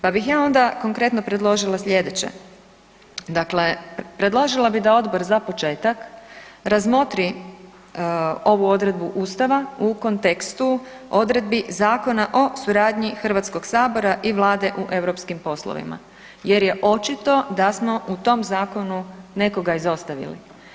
Pa bih ja onda konkretno predložila sljedeće, dakle predložila bi da Odbor, za početak razmotri ovu odredbu Ustava u kontekstu odredbi Zakona o suradnji Hrvatskoga sabora i Vlade u EU poslovima jer je očito da smo u tom zakonu nekoga izostavili.